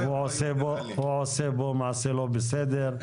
הוא עושה מעשה לא בסדר,